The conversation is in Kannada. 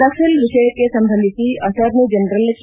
ರಫೇಲ್ ವಿಷಯಕ್ಕೆ ಸಂಬಂಧಿಸಿ ಅರ್ಟಾನಿ ಜನರಲ್ ಕೆ